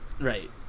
Right